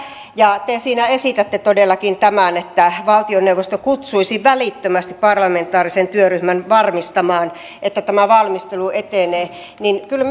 ja kun te siinä esitätte todellakin tämän että valtioneuvosto kutsuisi välittömästi parlamentaarisen työryhmän varmistamaan että tämä valmistelu etenee niin kyllä